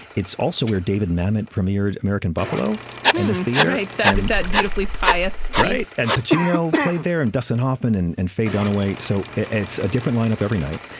it's also where david mamet premiered american buffalo in this theater right that and that beautifully pious right. and pacino played there and dustin hoffman and and faye dunaway. so it's a different lineup every night.